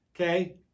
Okay